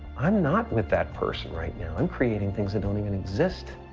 i'm not with that person right now. i'm creating things that don't even exist,